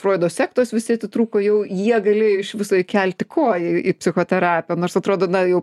froido sektos visi atitrūko jau jie gali iš viso įkelti koją į psichoterapiją nors atrodo na jau